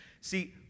See